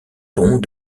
pont